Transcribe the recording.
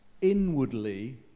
inwardly